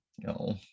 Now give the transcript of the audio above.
no